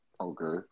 Okay